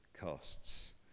costs